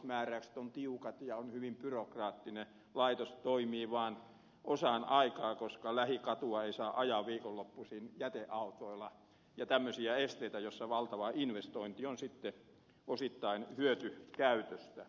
määräykset ovat tiukat ja on hyvin byrokraattinen laitos toimii vain osan aikaa koska lähikatua ei saa ajaa viikonloppuisin jäteautoilla ja on tämmöisiä esteitä joiden vuoksi valtava investointi on sitten osittain hyötykäytöstä pois